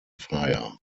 fire